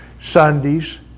Sundays